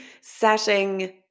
setting